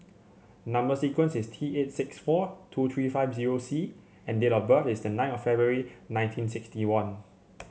number sequence is T eight six four two three five zero C and date of birth is the nine of February nineteen sixty one